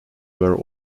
were